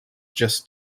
just